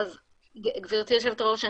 גברתי היושבת-ראש,